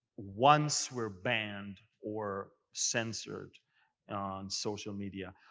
once we are banned or censored on social media.